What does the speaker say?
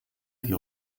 die